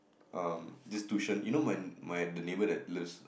um this tuition you know my my the neighbour that lives